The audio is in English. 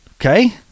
Okay